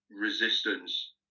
resistance